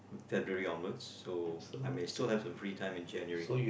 February onwards so I may still have free time in January